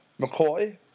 McCoy